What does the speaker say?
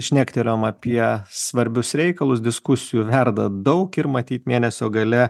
šnektelėjome apie svarbius reikalus diskusijų verda daug ir matyt mėnesio gale